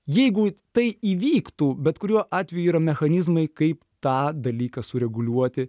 jeigu tai įvyktų bet kuriuo atveju yra mechanizmai kaip tą dalyką sureguliuoti